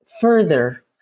further